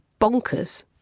bonkers